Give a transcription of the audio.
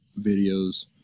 videos